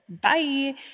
Bye